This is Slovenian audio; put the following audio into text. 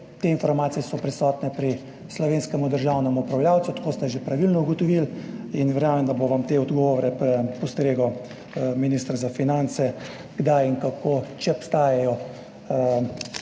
Te informacije so prisotne pri slovenskem državnem upravljavcu, tako kot ste že pravilno ugotovili, in verjamem, da vam bo s temi odgovori postregel minister za finance, kdaj in kako, če obstajajo